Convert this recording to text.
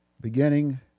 beginning